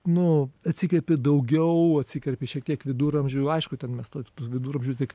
nu atsikerpi daugiau atsikerpi šiek tiek viduramžių aišku ten mes tuos tuos viduramžius tik